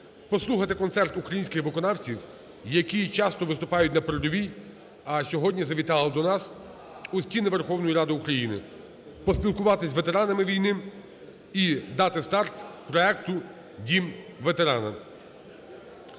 послухати концерт українських виконавців, які часто виступають на передовій, а сьогодні завітали до нас у стіни Верховної Ради України поспілкуватись з ветеранами війни і дати старт проекту "Дім ветерана".